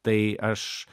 tai aš